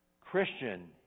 Christian